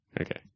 Okay